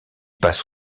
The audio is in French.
passe